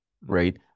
right